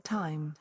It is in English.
time